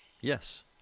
Yes